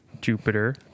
Jupiter